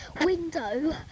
window